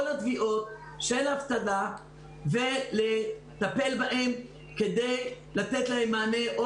התביעות של אבטלה ולטפל בהן כדי לתת להם מענה או